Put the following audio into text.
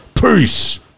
Peace